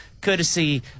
courtesy